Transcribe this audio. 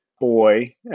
boy